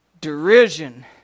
Derision